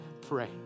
pray